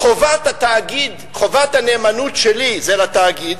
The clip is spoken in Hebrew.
חובת הנאמנות שלי היא לתאגיד.